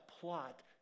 plot